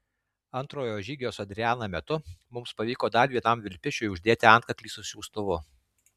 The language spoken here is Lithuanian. antrojo žygio su adriana metu mums pavyko dar vienam vilpišiui uždėti antkaklį su siųstuvu